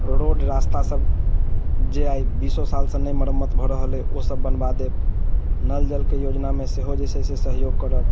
road रास्ता सब जे आइ बीसो सालसँ नहि मरम्मत भऽ रहल अइ ओ सब बनबा देब नल जलके योजनामे सेहो जे छै से सहयोग करब